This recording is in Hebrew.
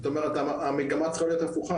זאת אומרת המגמה צריכה להיות הפוכה.